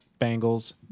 Bengals